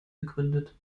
begründet